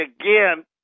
again